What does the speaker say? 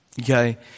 okay